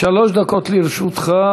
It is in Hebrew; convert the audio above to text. שלוש דקות לרשותך.